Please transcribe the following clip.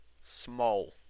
small